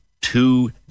two